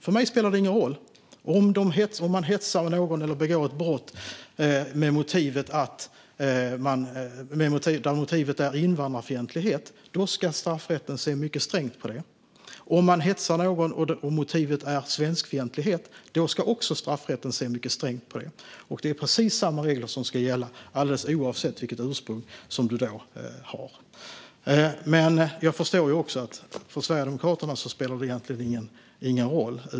För mig spelar det ingen roll om man hetsar eller begår ett brott där motivet är invandrarfientlighet; det ska straffrätten alltid se mycket strängt på. Om man hetsar och motivet är svenskfientlighet ska straffrätten se mycket strängt även på detta. Precis samma regler ska gälla oavsett vilket ursprung du har. Men jag förstår också att för Sverigedemokraterna spelar det egentligen ingen roll.